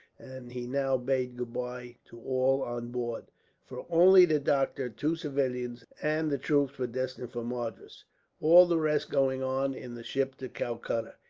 and he now bade goodbye to all on board for only the doctor, two civilians, and the troops were destined for madras all the rest going on in the ship to calcutta,